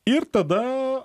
ir tada